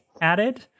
added